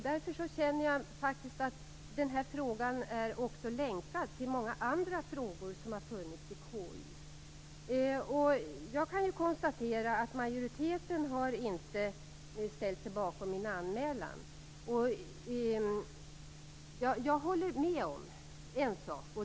Därför känner jag att den här frågan också är länkad till många andra frågor som har funnits i KU. Jag kan konstatera att majoriteten inte har ställt sig bakom min anmälan. Jag håller med om en sak.